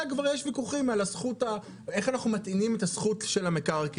על זה כבר יש ויכוחים איך אנחנו מטעינים את הזכות של המקרקעין.